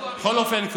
בכל אופן,